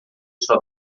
sua